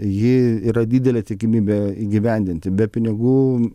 jį yra didelė tikimybė įgyvendinti be pinigų